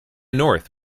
north